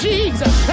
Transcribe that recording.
Jesus